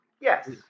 Yes